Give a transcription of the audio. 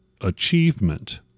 achievement